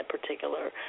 particular